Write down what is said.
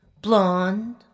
blonde